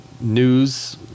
news